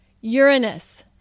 Uranus